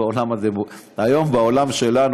והיום בעולם שלנו,